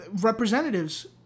representatives